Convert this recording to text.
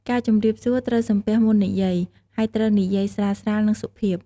ការជម្រាបសួរ ត្រូវសំពះមុននិយាយ ហើយត្រូវនិយាយស្រាលៗ និងសុភាព។